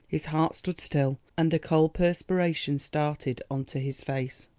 his heart stood still, and a cold perspiration started on to his face.